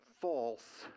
false